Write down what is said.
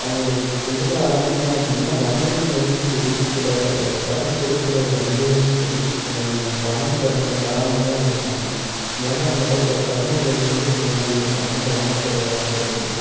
அவங்க ஒரு தொழிலை ஆரம்பிக்கணும் அப்படின்னா வணிகங்களும் சரி சில கடன் கொடுக்கற வங்கிகளும் சரி பணம் தர்றதை தராம தான் இருப்பாங்க ஏன்னா அந்தளவுக்கு ஒரு கடன் உதவி வந்து செய்யாமல் இருப்பாங்க கிராமப்புறவாசிகளுக்கு